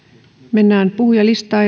mennään puhujalistaan